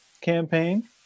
campaign